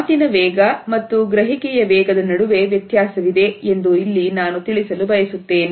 ಮಾತಿನ ವೇಗ ಮತ್ತು ಗ್ರಹಿಕೆಯ ವೇಗದ ನಡುವೆ ವ್ಯತ್ಯಾಸವಿದೆ ಎಂದು ಇಲ್ಲಿ ನಾನು ತಿಳಿಸಲು ಬಯಸುತ್ತೇನೆ